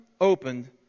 opened